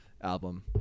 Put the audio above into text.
album